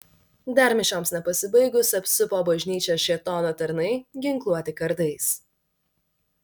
dar mišioms nepasibaigus apsupo bažnyčią šėtono tarnai ginkluoti kardais